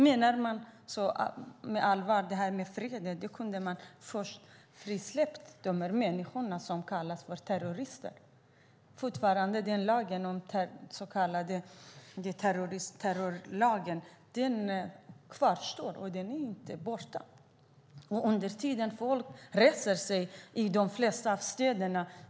Om man menar allvar med freden kunde man först ha frisläppt dessa människor, som kallas för terrorister. Den så kallade terrorlagen kvarstår. Den är inte borta. Under tiden reser sig folk i de flesta städer.